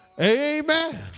Amen